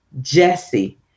jesse